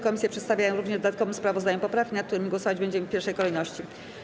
Komisje przedstawiają również w dodatkowym sprawozdaniu poprawki, nad którymi głosować będziemy w pierwszej kolejności.